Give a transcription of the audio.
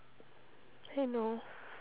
hello